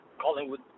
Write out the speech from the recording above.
Collingwood